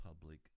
public